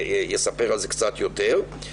שיספר על זה קצת יותר.